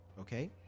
okay